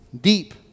Deep